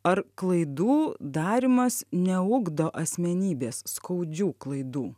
ar klaidų darymas neugdo asmenybės skaudžių klaidų